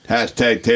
Hashtag